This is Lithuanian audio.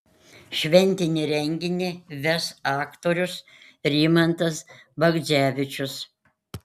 šventinį renginį ves aktorius rimantas bagdzevičius